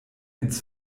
ins